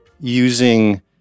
using